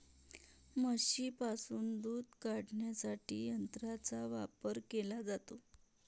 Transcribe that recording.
म्हशींपासून दूध काढण्यासाठी यंत्रांचा वापर केला जातो